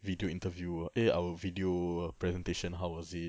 video interview eh our video presentation how was it